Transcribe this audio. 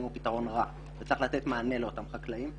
הוא פתרון רע וצריך לתת מענה לאותם חקלאים,